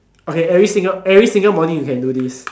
okay every single every single morning you can do this